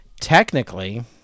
technically